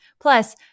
Plus